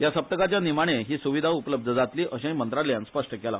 या सप्तकाच्या निमाणे ही सुविधा उपलब्ध जातली अशेंय मंत्रालयान स्पष्ट केला